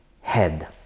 head